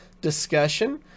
discussion